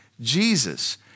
Jesus